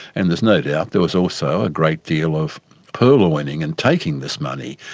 and there's no doubt there was also a great deal of purloining and taking this money,